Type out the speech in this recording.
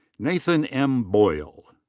nathan m. boyle.